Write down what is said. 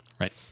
Right